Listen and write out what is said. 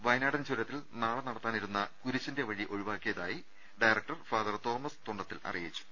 വയ നാടൻ ചുരത്തിൽ നാളെ നടത്താ നിരുന്ന കുരിശ്ശിന്റെ വഴി ഒഴിവാക്കിയതായി ഫാദർ തോമസ് തുണ്ടത്തിൽ അറിയിച്ചു